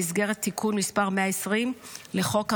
במסגרת תיקון מס' 120 לחוק העונשין.